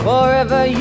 Forever